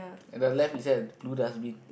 at the left is there a blue dustbin